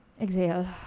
Exhale